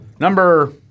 number